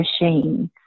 machines